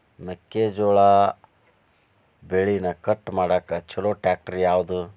ಮೆಕ್ಕೆ ಜೋಳ ಬೆಳಿನ ಕಟ್ ಮಾಡಾಕ್ ಛಲೋ ಟ್ರ್ಯಾಕ್ಟರ್ ಯಾವ್ದು?